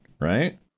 right